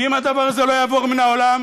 ואם הדבר הזה לא יעבור מן העולם,